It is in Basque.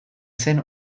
zen